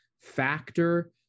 factor